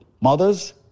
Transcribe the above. Mothers